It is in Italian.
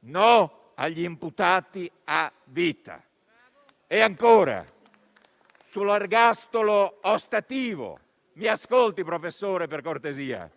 No agli imputati a vita. E, ancora, sull'ergastolo ostativo (mi ascolti, professore, per cortesia),